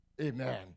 Amen